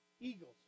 Eagles